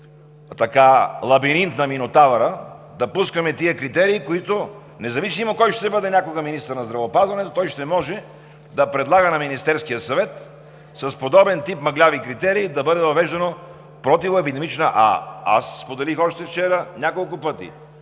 този лабиринт на Минотавъра, да пускаме тези критерии, независимо кой ще бъде някога министър на здравеопазването, той ще може да предлага на Министерския съвет с подобен тип мъгляви критерии да бъде въвеждана противоепидемична. А аз споделих още вчера няколко пъти: